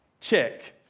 Check